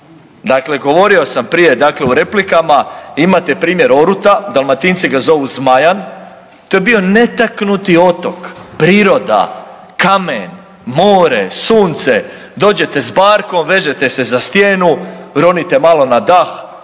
Dakle, govorio sam prije u replikama imate primjer Oruta, Dalmatinci ga zovu Zmajan, to je bio netaknuti otok, priroda, kamen, more, sunce, dođete s barkom vežete se za stijenu ronite malo na dah,